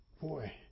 Boy